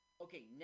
Okay